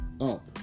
up